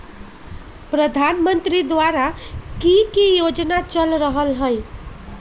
प्रधानमंत्री द्वारा की की योजना चल रहलई ह?